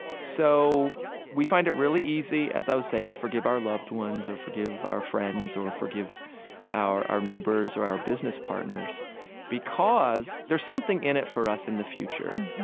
so we find it really easy, as i was saying, to forgive our loved ones or forgive our friends or forgive our our neighbors or our business partners because there's something in it for us in the future,